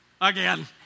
again